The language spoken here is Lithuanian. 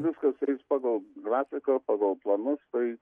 viskas eis pagal grafiką pagal planus tai